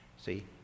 See